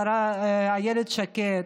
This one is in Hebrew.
השרה אילת שקד,